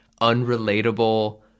unrelatable